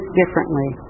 differently